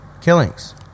Killings